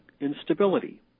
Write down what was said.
instability